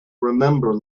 remember